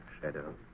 shadow